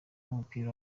w’umupira